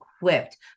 equipped